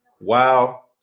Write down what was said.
Wow